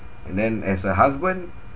and then as a husband